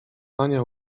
ania